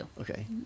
Okay